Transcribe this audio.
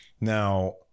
Now